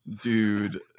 dude